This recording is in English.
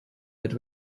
but